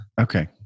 Okay